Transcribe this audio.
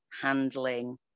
handling